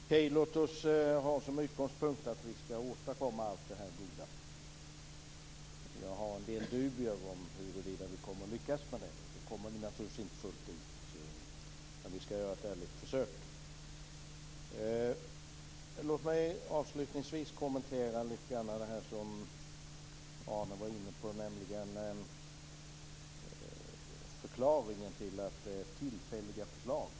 Fru talman! Låt oss ha som utgångspunkt att vi skall åstadkomma allt detta goda. Jag har en del dubier om huruvida vi kommer att lyckas med det. Vi kommer naturligtvis inte att klara det fullt ut, men vi skall göra ett ärligt försök. Låt mig avslutningsvis lite kommentera det som Arne Kjörnsberg var inne på, nämligen förklaringen till tillfälliga förslag.